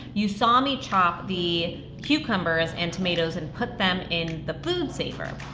you saw me chop the cucumbers and tomatoes and put them in the food saver.